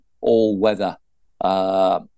all-weather